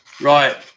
Right